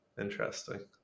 Interesting